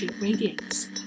radiates